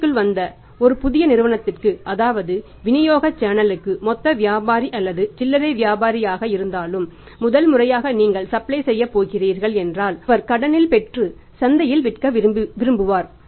சந்தைக்கு வந்த ஒரு புதிய நிறுவனத்திற்கு அதாவது வினியோக சேனலுக்கு மொத்த வியாபாரி அல்லது சில்லறை வியாபாரி யாராக இருந்தாலும் முதல் முறையாக நீங்கள் சப்ளை செய்யப் போகிறீர்கள் என்றால் அவர் கடனில் பெற்று சந்தையில் விற்க விரும்புவார்